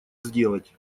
сделать